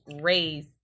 raise